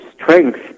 strength